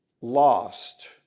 lost